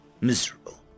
miserable